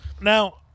Now